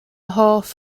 hoff